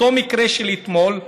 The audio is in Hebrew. אותו מקרה כמו של אתמול,